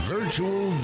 Virtual